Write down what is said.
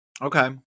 Okay